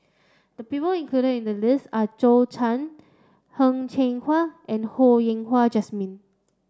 the people included in the list are Zhou Can Heng Cheng Hwa and Ho Yen Wah Jesmine